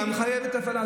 "המחייב את הפעלת,